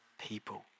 people